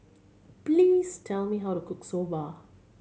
please tell me how to cook Soba